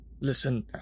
Listen